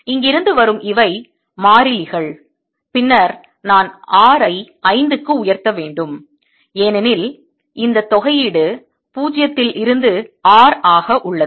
இங்கிருந்து வரும் இவை மாறிலிகள் பின்னர் நான் R ஐ 5 க்கு உயர்த்த வேண்டும் ஏனெனில் இந்த தொகையீடு 0 வில் இருந்து R ஆக உள்ளது